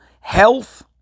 health